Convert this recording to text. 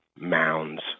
mounds